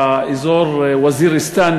והאזור וזיריסטן,